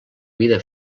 vida